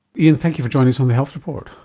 ian, thank you for joining us on the health report.